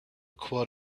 quart